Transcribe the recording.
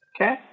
Okay